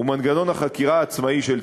ומנגנון החקירה העצמאי של צה"ל.